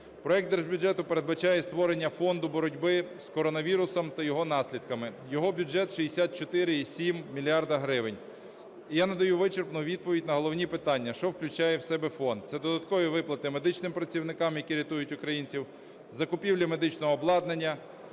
Проект Держбюджету передбачає створення Фонду боротьби з коронавірусом та його наслідками, його бюджет – 64,7 мільярда гривень. Я надаю вичерпну відповідь на головні питання, що включає в себе фонд. Це додаткові виплати медичним працівникам, які рятують українців; закупівля медичного обладнання;